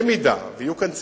במידה שיהיו כאן ציבורים,